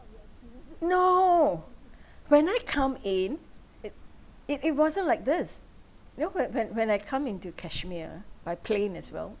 no when I come in it it it wasn't like this you know when when when I come into kashmir ah by plane as well